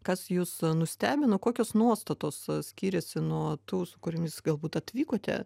kas jus nustebino kokios nuostatos skyrėsi nuo tų su kuriomis galbūt atvykote